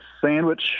sandwich